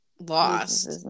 lost